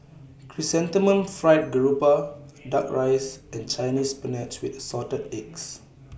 Chrysanthemum Fried Garoupa Duck Rice and Chinese Spinach with Assorted Eggs